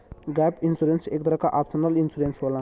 gap insurance एक तरे क ऑप्शनल इंश्योरेंस होला